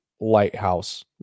lighthouse